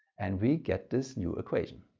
and we get this new equation.